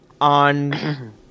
on